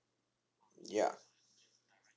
ya